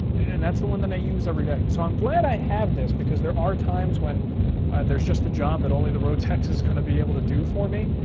and that's the one that i use everyday, so i'm glad i have this because there are times when there's just a job that only the rotex is going to be able to do for me,